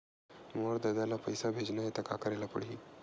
मोर ददा ल पईसा भेजना हे त का करे ल पड़हि?